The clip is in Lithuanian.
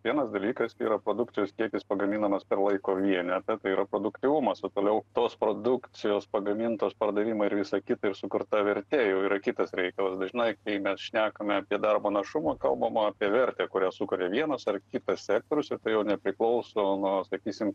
vienas dalykas yra produkcijos kiekis pagaminamas per laiko vienetą tai yra produktyvumas o toliau tos produkcijos pagamintos pardavimo ir visa kita ir sukurta vertė jau yra kitas reikalas dažnai kai mes šnekame apie darbo našumą kalbam apie vertę kurią sukuria vienas ar kitas sektorius ir tai jau nepriklauso nuo sakysim